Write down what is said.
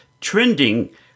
trending